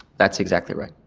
that's exactly right.